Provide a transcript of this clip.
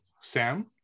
Sam